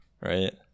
right